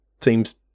Seems